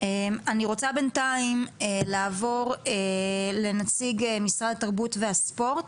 אני רוצה בינתיים לעבור לנציג משרד התרבות והספורט